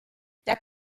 der